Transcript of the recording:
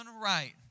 right